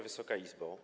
Wysoka Izbo!